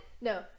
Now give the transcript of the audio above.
No